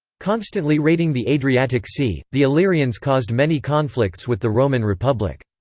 constantly raiding the adriatic sea, the illyrians caused many conflicts with the roman republic.